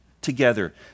together